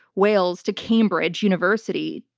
wales to cambridge university,